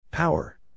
Power